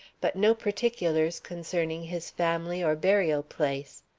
but no particulars concerning his family or burial place.